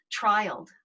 trialed